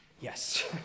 Yes